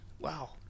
Wow